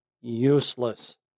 useless